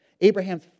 Abraham's